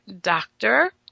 doctor